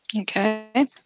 Okay